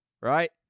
Right